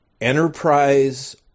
Enterprise